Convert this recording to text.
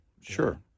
sure